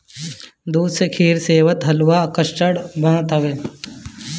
दूध से खीर, सेवई, हलुआ, कस्टर्ड बनत हवे